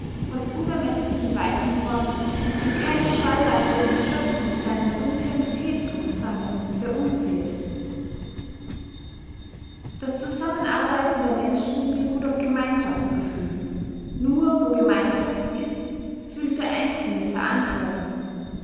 von unermeßlichen weiten träumt die kein zweibeiniges geschöpf mit seinem dunklen betätigungsdrange verunziert das zusammenarbeiten der menschen beruht auf gemeinschaftsgefühl nur wo gemeinschaft ist fühlt der einzelne verantwortung